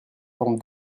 forme